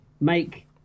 make